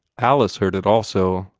alice heard it also,